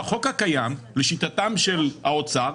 בחוק הקיים לשיטתם של האוצר,